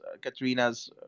Katrina's